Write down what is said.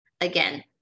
Again